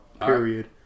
period